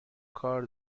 کار